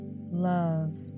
love